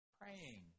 praying